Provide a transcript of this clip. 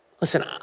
Listen